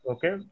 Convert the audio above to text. Okay